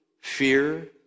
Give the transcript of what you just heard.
fear